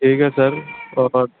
ٹھیک ہے سر اور